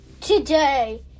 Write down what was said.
Today